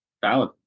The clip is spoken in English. Valid